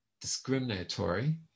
discriminatory